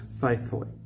faithfully